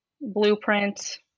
blueprint